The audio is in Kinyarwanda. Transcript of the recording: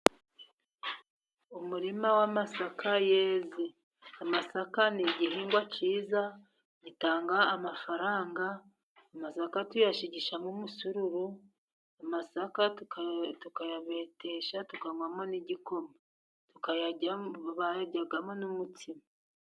Umurima w'amasaka yeze, amasaka ni igihingwa cyiza gitanga amafaranga .Amasaka tuyashigishamo umusururu, amasaka tukayabetesha ,tukanywamo n'igikoma tukayarya, bayaryamo n'umutsima.